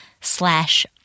slash